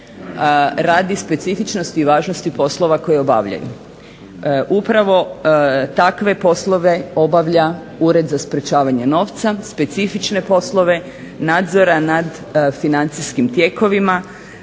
radi specifičnosti i važnosti poslova koji obavljaju. Upravo takve poslove obavlja Ured za sprječavanje novca, specifične poslove nadzora nad financijskim tijekovima,